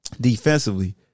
Defensively